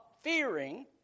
fearing